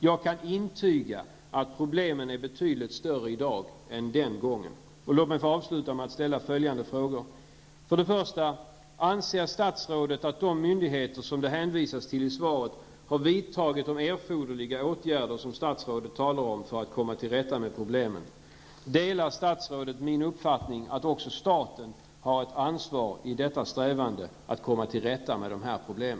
Jag kan intyga att problemen är betydligt större i dag än den gången. Låt mig få avsluta med att ställa följande frågor: Anser statsrådet att de myndigheter som det hänvisas till i svaret har vidtagit de erforderliga åtgärder som statsrådet talar om för att komma till rätta med problemen? Delar statsrådet min uppfattning att också staten har ett ansvar i vår strävan att komma till rätta med dessa problem?